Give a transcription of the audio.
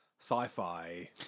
sci-fi